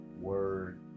word